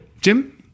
Jim